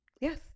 yes